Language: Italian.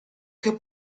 che